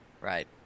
right